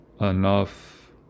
Enough